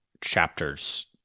chapters